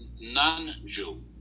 non-jew